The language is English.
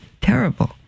terrible